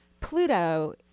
Pluto